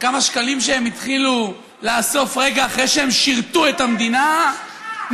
בכמה שקלים שהם התחילו לאסוף רגע אחרי שהם שירתו את המדינה נאמנה?